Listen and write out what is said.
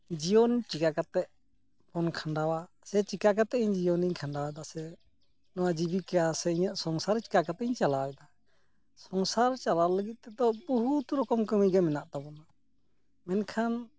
ᱡᱤᱭᱚᱱ ᱪᱤᱠᱟᱹ ᱠᱟᱛᱮ ᱵᱚᱱ ᱠᱷᱟᱸᱰᱟᱣᱟ ᱪᱤᱠᱟᱹ ᱠᱟᱛᱮ ᱤᱧ ᱡᱤᱭᱚᱱᱤᱧ ᱠᱷᱟᱸᱰᱟᱣᱮᱫᱟ ᱥᱮ ᱱᱚᱣᱟ ᱡᱤᱵᱤᱠᱟ ᱥᱮ ᱤᱧᱟᱹᱜ ᱥᱚᱝᱥᱟᱨ ᱪᱤᱠᱟᱹ ᱠᱟᱛᱤᱧ ᱪᱟᱞᱟᱣᱮᱫᱟ ᱥᱚᱝᱥᱟᱨ ᱪᱟᱞᱟᱣ ᱞᱟᱹᱜᱤᱫ ᱛᱮᱫᱚ ᱵᱚᱦᱩᱛ ᱨᱚᱠᱚᱢ ᱠᱟᱹᱢᱤ ᱜᱮ ᱢᱮᱱᱟᱜ ᱛᱟᱵᱚᱱᱟ ᱢᱮᱱᱠᱷᱟᱱ